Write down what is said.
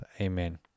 amen